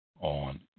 on